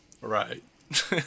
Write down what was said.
Right